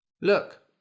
Look